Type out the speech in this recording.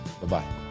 bye-bye